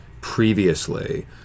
previously